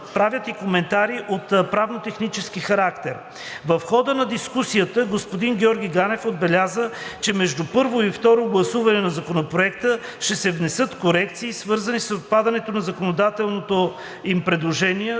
Правят и коментари от правно-технически характер. В хода на дискусията господин Георги Ганев отбеляза, че между първо и второ гласуване на Законопроекта ще се внесат корекции, свързани с отпадането на законодателното им предложение